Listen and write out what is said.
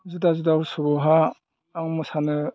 जुदा जुदा उत्सबआवहाय आं मोसानो